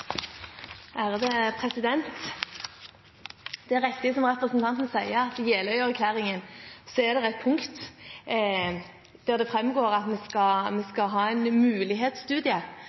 faglige autonomi? Det er riktig som representanten sier, at i Jeløya-erklæringen er det et punkt der det framgår at vi skal ha en mulighetsstudie